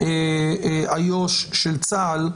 איו"ש של צה"ל.